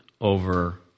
over